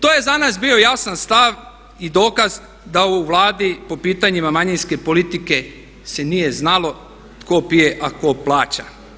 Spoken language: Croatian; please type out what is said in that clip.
To je za nas bio jasan stav i dokaz da u Vladi po pitanjima manjinske politike se nije znalo tko pije a tko plaća.